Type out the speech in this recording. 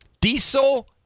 Diesel